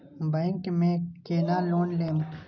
Bank में केना loan लेम?